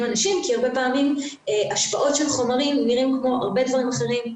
אנשים כי הרבה פעמים השפעות של חומרים נראים כמו הרבה דברים אחרים,